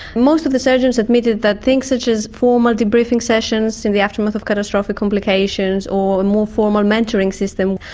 most of the surgeons admitted that things such as formal debriefing sessions in the aftermath of catastrophic complications or a and more formal mentoring system,